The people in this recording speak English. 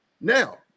Now